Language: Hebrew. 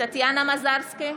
טטיאנה מזרסקי,